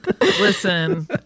Listen